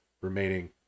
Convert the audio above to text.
remaining